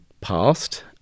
past